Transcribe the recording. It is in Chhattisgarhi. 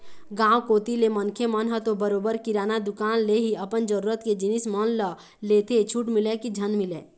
गाँव कोती के मनखे मन ह तो बरोबर किराना दुकान ले ही अपन जरुरत के जिनिस मन ल लेथे छूट मिलय की झन मिलय